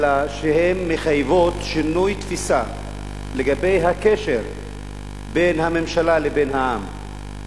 אלא שהן מחייבות שינוי תפיסה לגבי הקשר בין הממשלה לבין העם.